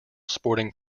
sporting